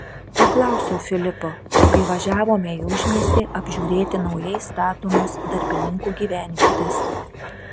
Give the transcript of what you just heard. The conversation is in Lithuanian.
paklausiau filipo kai važiavome į užmiestį apžiūrėti naujai statomos darbininkų gyvenvietės